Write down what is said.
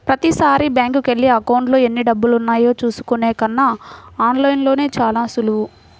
ప్రతీసారీ బ్యేంకుకెళ్ళి అకౌంట్లో ఎన్నిడబ్బులున్నాయో చూసుకునే కన్నా ఆన్ లైన్లో చానా సులువు